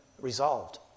resolved